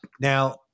Now